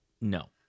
No